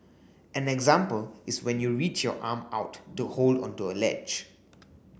an example is when you reach your arm out to hold onto a ledge